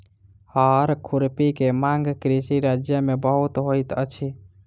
हअर खुरपी के मांग कृषि राज्य में बहुत होइत अछि